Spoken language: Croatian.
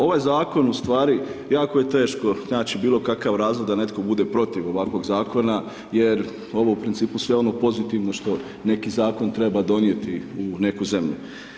Ovaj zakon ustvari jako je teško naći bilo kakav razlog da netko bude protiv ovakvog zakona jer ovo je u principu sve ono pozitivno što neki zakon treba donijeti u neku zemlju.